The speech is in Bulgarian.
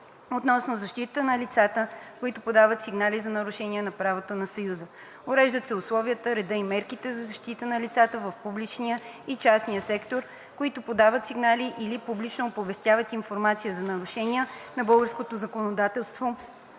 относно защитата на лицата, които подават сигнали за нарушения на правото на Съюза. Уреждат се условията, редът и мерките за защита на лицата в публичния и частния сектор, които подават сигнали или публично оповестяват информация за нарушения на българското законодателство